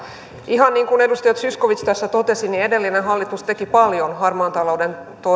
ihan niin kuin edustaja zyskowicz tässä totesi niin edellinen hallitus teki paljon harmaan talouden